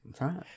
right